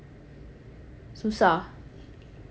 susah